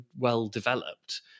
well-developed